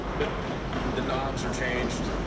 but the knobs are changed.